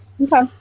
Okay